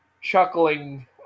chuckling